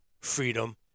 freedom